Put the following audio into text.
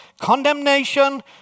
condemnation